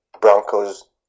broncos